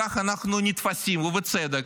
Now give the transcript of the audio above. כך אנחנו נתפסים, ובצדק,